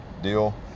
deal